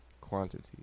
quantity